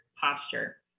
posture